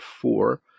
four